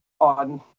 on